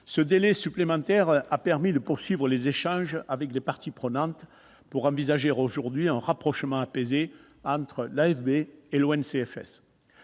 Ce délai supplémentaire a permis de poursuivre les échanges avec les parties prenantes, pour envisager aujourd'hui un rapprochement apaisé entre l'AFB et l'ONCFS.